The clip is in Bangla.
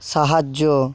সাহায্য